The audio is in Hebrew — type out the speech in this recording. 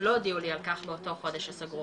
לא הודיעו לי על כך באותו חודש שסגרו